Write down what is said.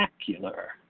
spectacular